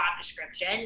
description